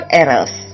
errors